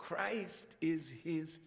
christ is he's